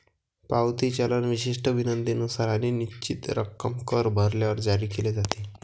पावती चलन विशिष्ट विनंतीनुसार आणि निश्चित रक्कम कर भरल्यावर जारी केले जाते